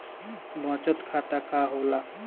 बचत खाता का होला?